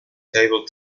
table